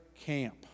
camp